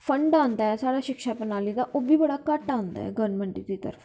fund आंदा ऐ साढ़ी शिक्षा प्रणाली दा ओह्बी बड़ा घट्ट आंदा ऐ साढ़ी गौरमेंट दी तरफ दा